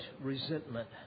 resentment